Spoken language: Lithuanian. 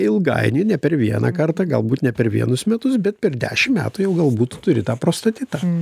ilgainiui ne per vieną kartą galbūt ne per vienus metus bet per dešim metų jau galbūt turi tą prostatitą